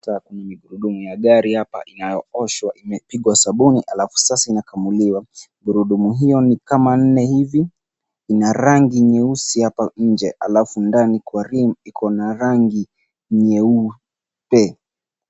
Tairi ya gurudumu ya gari inayooshwa, imepigwa sabuni halafu sasa inakamuliwa. Gurudumu hiyo ni kama nne hivi ina rangi nyeusi hapa nje. Halafu ndani kwa rim iko na rangi nyeupe.